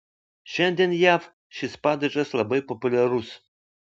šiandien jav šis padažas labai populiarius